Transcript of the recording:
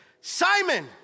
Simon